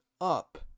up